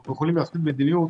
אנחנו יכולים להפעיל מדיניות